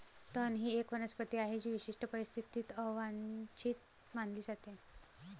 तण ही एक वनस्पती आहे जी विशिष्ट परिस्थितीत अवांछित मानली जाते